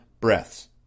breaths